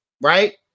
Right